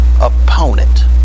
opponent